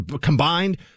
combined